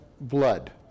blood